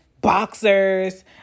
boxers